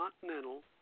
Continental